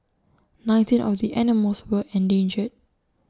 nineteen of the animals were endangered